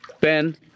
Ben